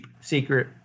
secret